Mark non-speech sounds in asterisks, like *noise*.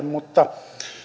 *unintelligible* mutta